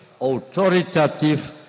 authoritative